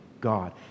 God